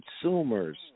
consumers